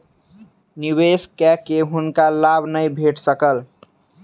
निवेश कय के हुनका लाभ नै भेट सकल